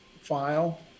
file